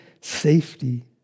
safety